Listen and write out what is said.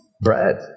bread